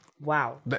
Wow